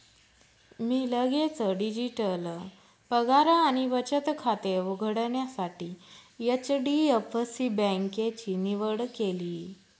मी लगेच डिजिटल पगार आणि बचत खाते उघडण्यासाठी एच.डी.एफ.सी बँकेची निवड केली